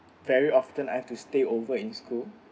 very often I have to stay over in school